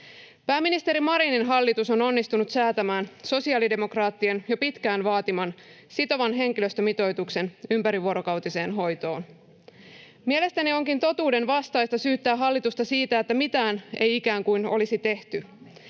Pääministeri Marinin hallitus on onnistunut säätämään sosiaalidemokraattien jo pitkään vaatiman sitovan henkilöstömitoituksen ympärivuorokautiseen hoitoon. Mielestäni onkin totuudenvastaista syyttää hallitusta siitä, että ikään kuin mitään ei olisi tehty.